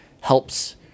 helps